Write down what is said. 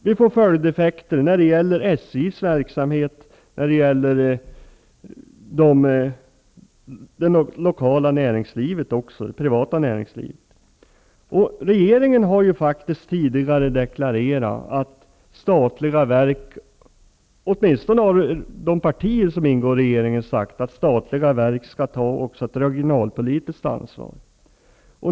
Vi får följdeffekter när det gäller SJ:s verksamhet och även för det lokala privata näringslivet. Regeringen har tidigare deklarerat -- åtminstone har de partier som ingår i regeringen sagt detta -- att statliga verk också skall ta ett regionalpolitiskt ansvar.